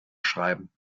schreiben